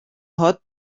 hot